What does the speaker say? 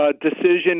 decision